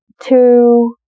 two